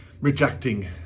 rejecting